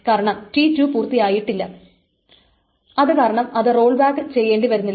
കാരണം t2 പൂർത്തിയായിട്ടില്ല അത് കാരണം അതിന് റോൾ ബാക്ക് ചെയ്യേണ്ടി വരുന്നില്ല